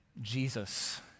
Jesus